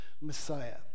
Messiah